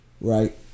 right